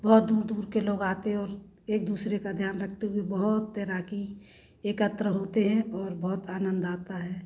बहुत दूर दूर के लोग आते हैं और एक दूसरे का ध्यान रखते हुए बहुत तैराकी एकत्र होते हैं और बहुत आनंद आता है